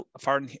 far